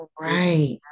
right